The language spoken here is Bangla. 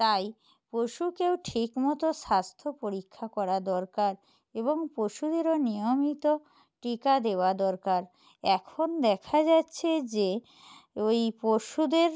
তাই পশুকেও ঠিক মতো স্বাস্থ্য পরীক্ষা করা দরকার এবং পশুদেরও নিয়মিত টিকা দেওয়া দরকার এখন দেখা যাচ্ছে যে ওই পশুদের